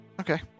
Okay